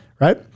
Right